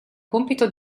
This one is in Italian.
compito